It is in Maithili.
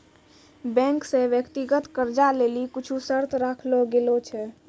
बैंक से व्यक्तिगत कर्जा लेली कुछु शर्त राखलो गेलो छै